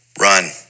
Run